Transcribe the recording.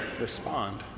respond